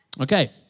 Okay